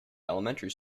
elementary